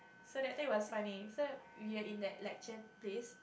so that thing was funny so we were in that lecture place